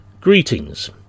Greetings